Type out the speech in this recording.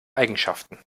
eigenschaften